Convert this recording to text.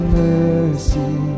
mercy